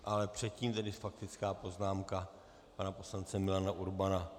Ale předtím faktická poznámka pana poslance Milana Urbana.